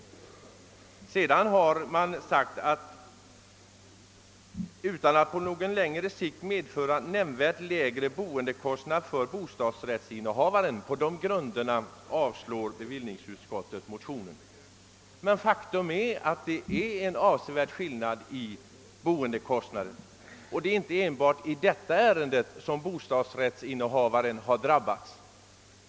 I utskottets betänkande talas om nackdelar »utan att på längre sikt medföra några nämnvärt lägre boendekostnader för bostadsrättsinnehavaren». Därför avstyrker bevillningsutskottet motionen. Men faktum är att det är en avsevärd skillnad i boendekostnader, och det är inte enbart i detta avseende som bostadsrättsinnehavaren har drabbats.